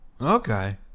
okay